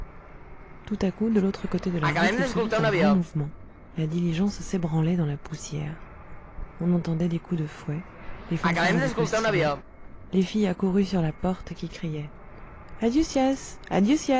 tout à coup de l'autre côté de la route il se fit un grand mouvement la diligence s'ébranlait dans la poussière on entendait des coups de fouet les fanfares du postillon les filles accourues sur la porte qui criaient